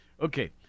Okay